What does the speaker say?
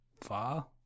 far